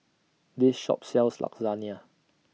This Shop sells Lasagna